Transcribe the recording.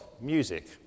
music